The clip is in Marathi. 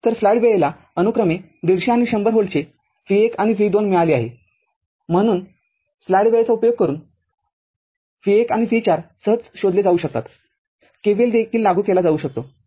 तरस्लाईड वेळेला अनुक्रमे १५० आणि १०० व्होल्टचे v१ आणि v२ मिळाले आहेम्हणून स्लाइड वेळेचा उपयोग करून v१आणि v४ सहज शोधले जाऊ शकतात KVL देखील लागू केला जाऊ शकतो